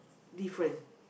different